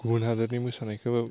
गुबुन हादरनि मोसानायखौ